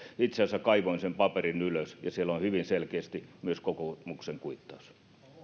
itse asiassa kaivoin sen paperin ylös ja siellä on hyvin selkeästi myös kokoomuksen kuittaus